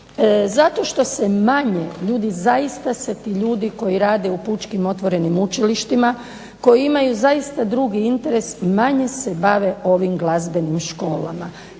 zato što se manje ljudi, zaista se ti ljudi koji rade u pučkim otvorenim učilištima koji imaju drugi interes manje se bave ovim glazbenim školama.